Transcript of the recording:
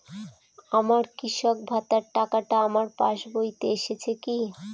আমার কৃষক ভাতার টাকাটা আমার পাসবইতে এসেছে কি?